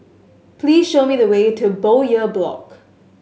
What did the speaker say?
please show me the way to Bowyer Block